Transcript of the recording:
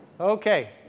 Okay